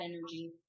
energy